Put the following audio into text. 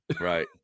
right